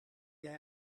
jij